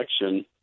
election